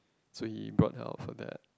so he brought her out for that